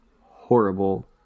horrible